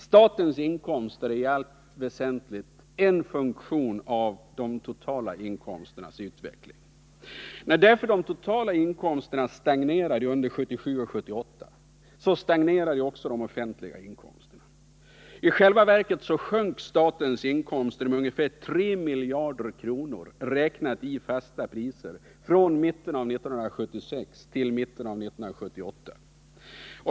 Statens inkomster är i allt väsentligt en funktion av de totala inkomsternas utveckling. När därför den totala inkomstutvecklingen stagnerade under 1977 och 1978, så stagnerade också de offentliga inkomsterna. Statens inkomster sjönk med ungefär 3 miljarder kronor i fasta priser från mitten av 1976 till mitten av 1978.